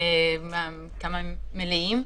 והאם הם מלאים.